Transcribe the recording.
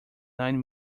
nine